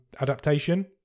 adaptation